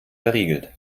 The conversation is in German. verriegelt